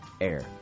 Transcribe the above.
air